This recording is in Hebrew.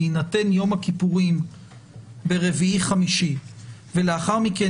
בהינתן יום הכיפורים ברביעי וחמישי ולאחר מכן